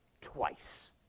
twice